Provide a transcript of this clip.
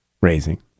raising